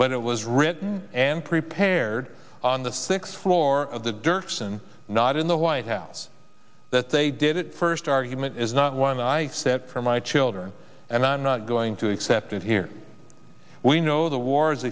but it was written and prepared on the sixth floor of the dirksen not in the white house that they did it first argument is not one i except for my children and i'm not going to accept it here we know the war is